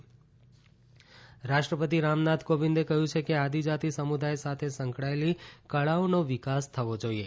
રાષ્ટ્રપતિ સોનભદ્ર રાષ્ટ્રપતિ રામનાથ કોવિંદે કહ્યું છે કે આદિજાતિ સમુદાય સાથે સંકળાયેલી કળાઓનો વિકાસ થવો જોઈએ